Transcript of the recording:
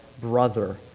brother